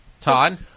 Todd